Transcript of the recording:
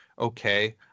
okay